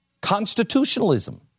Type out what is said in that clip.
Constitutionalism